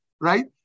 right